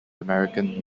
american